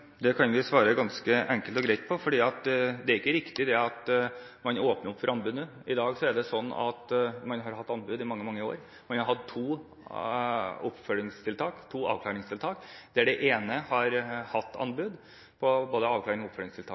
Det kan vi svare ganske enkelt og greit på, for det er ikke riktig at man åpner opp for anbud nå. I dag er det sånn at man har hatt anbud i mange, mange år. Man har hatt to oppfølgingstiltak, to avklaringstiltak, der det ene har hatt anbud på både avklarings- og